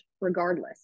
regardless